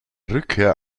rückkehr